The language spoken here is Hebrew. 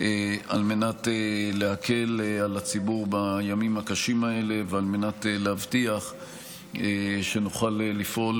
על מנת להקל על הציבור בימים הקשים האלה ועל מנת להבטיח שנוכל לפעול